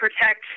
protect